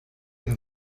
une